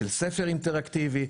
של ספר אינטראקטיבי,